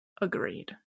agreed